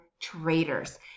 traders